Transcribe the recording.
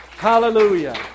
Hallelujah